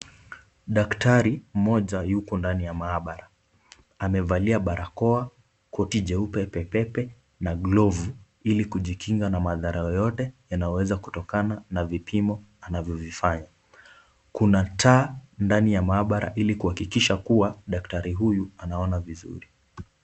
Daktari mmoja yuko ndani ya maabara. Amevalia barakoa, koti jeupe pepepe na glovu ili kujikinga na madhara yoyote yanayoweza kutokana na vipimo anavyovifanya. Kuna taa ndani ya maabara ili kuhakikisha kuwa daktari huyu anaona vizuri.